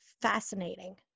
fascinating